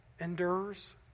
endures